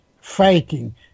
fighting